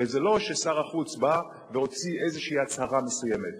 הרי זה לא ששר החוץ בא והוציא איזו הצהרה מסוימת.